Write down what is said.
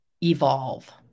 evolve